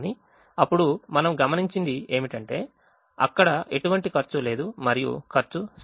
కానీ అప్పుడు మనం గమనించింది ఏంటంటే అక్కడ ఎటువంటి ఖర్చు లేదు మరియు ఖర్చు 0